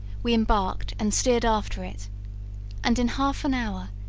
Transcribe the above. we embarked and steered after it and, in half an hour,